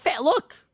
look